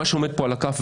מה עומד כאן על הכף,